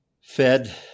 Fed